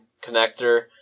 connector